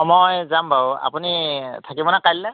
মই যাম বাৰু আপুনি থাকিবনে কাইলৈ